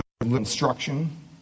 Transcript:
instruction